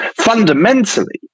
Fundamentally